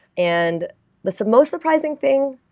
and the the most surprising thing,